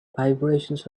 vibrations